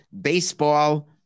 baseball